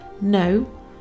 No